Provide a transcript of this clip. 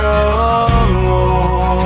alone